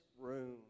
room